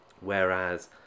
Whereas